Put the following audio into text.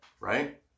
Right